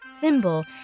Thimble